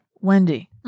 Wendy